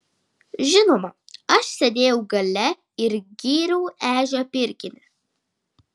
žinoma aš sėdėjau gale ir gyriau ežio pirkinį